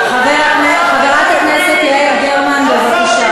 חברת הכנסת יעל גרמן, בבקשה.